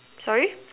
sorry